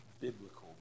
biblical